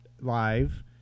Live